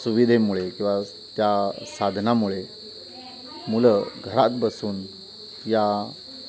सुविधेमुळे किंवा त्या साधनामुळे मुलं घरात बसून या